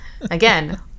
again